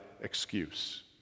excuse